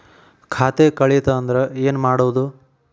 ಖಾತೆ ಕಳಿತ ಅಂದ್ರೆ ಏನು ಮಾಡೋದು?